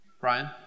Brian